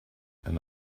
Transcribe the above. and